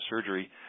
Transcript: Surgery